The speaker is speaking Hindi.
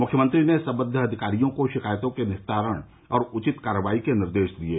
मुख्यमंत्री ने संबद्ध अधिकारियों को शिकायतों के निस्तारण और उचित कार्रवाई के निर्देश दिये